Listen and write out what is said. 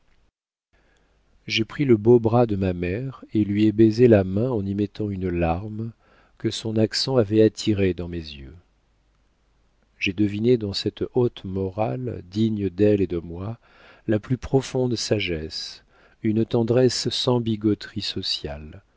j'ai pris le beau bras de ma mère et lui ai baisé la main en y mettant une larme que son accent avait attirée dans mes yeux j'ai deviné dans cette haute morale digne d'elle et de moi la plus profonde sagesse une tendresse sans